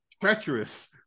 treacherous